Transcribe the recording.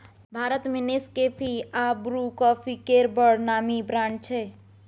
भारत मे नेसकेफी आ Bru coffee केर बड़ नामी ब्रांड छै